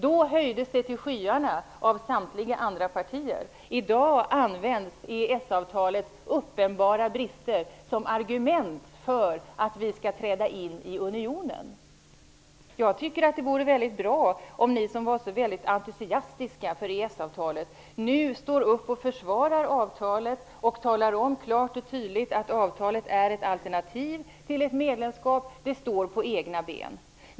Då höjdes det till skyarna av samtliga andra partier. I dag används EES-avtalets uppenbara brister som argument för att vi skall träda in i unionen. Jag tycker att det vore bra om ni som var så väldigt entusiastiska inför EES-avtalet nu stod upp och försvarade det och klart och tydligt talade om att avtalet är ett alternativ till medlemskap och att det står på egna ben.